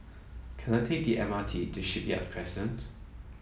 can I take the M R T to Shipyard Crescent